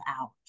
hours